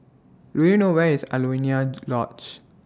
Do YOU know Where IS Alaunia Lodge